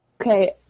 Okay